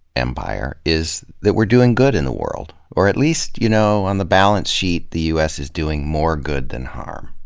empire is that we're doing good in the world, or at least, you know, on the balance sheet, the u s. is doing more good than harm.